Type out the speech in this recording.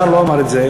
תודה.